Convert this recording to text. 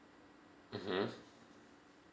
mmhmm